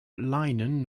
linen